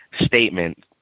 statement